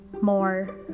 more